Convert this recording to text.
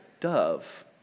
dove